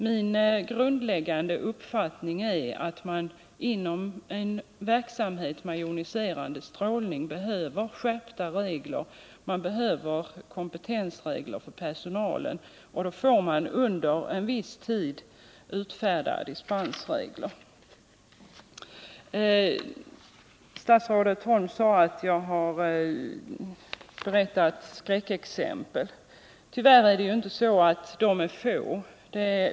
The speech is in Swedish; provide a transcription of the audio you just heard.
Min grundläggande uppfattning är att det inom en verksamhet med joniserande strålning behövs skärpta regler. Man behöver kompetensregler för personalen, och då får man under en viss tid utfärda dispensregler. Statsrådet Holm sade att jag hade anfört skräckexempel. Tyvärr är dessa inte få.